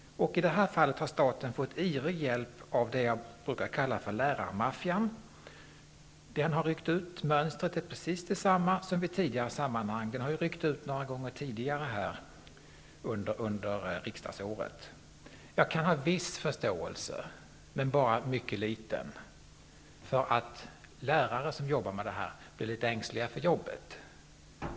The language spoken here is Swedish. I det här fallet har staten fått ivrig hjälp av vad jag brukar kalla för lärarmaffian. Den har ryckt ut. Mönstret är precis detsamma som vid tidigare sammanhang -- den har ryckt ut några gånger tidigare under riksdagsåret. Jag kan ha en viss, dock mycket liten, förståelse för att lärare som arbetar med detta blir litet ängsliga för sitt jobb.